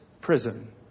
prison